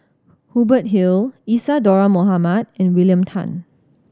Hubert Hill Isadhora Mohamed and William Tan